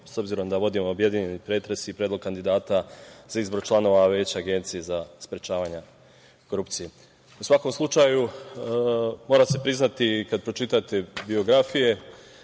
s obzirom da vodim objedinjeni pretres i predlog kandidata za izbor članova Veća Agencije za sprečavanje korupcije.U svakom slučaju, mora se priznati kada pročitate biografije